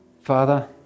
Father